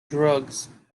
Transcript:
drugs